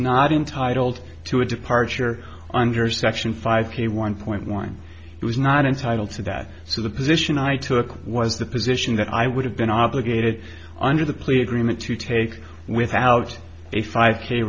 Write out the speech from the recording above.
not entitled to a departure under section five k one point one he was not entitled to that so the position i took was the position that i would have been obligated under the plea agreement to take without a five k